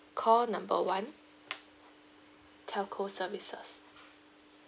call number one telco services